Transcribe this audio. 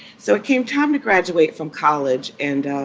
so it came time to graduate from college. and